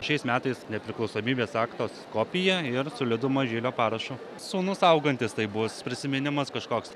šiais metais nepriklausomybės akto kopiją ir su liudu mažylio parašu sūnus augantis tai bus prisiminimas kažkoks